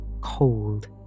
cold